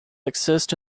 exist